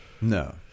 no